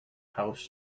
houses